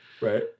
Right